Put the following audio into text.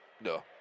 No